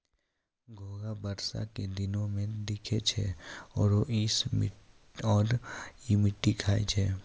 घोंघा बरसा के दिनोॅ में दिखै छै आरो इ मिट्टी खाय छै